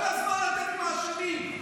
כל הזמן אתם מאשימים.